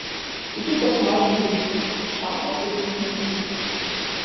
kitų personažų įvaizdis šaltos ir tipinės fyfos